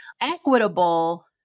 equitable